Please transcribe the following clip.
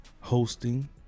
hosting